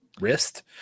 wrist